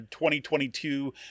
2022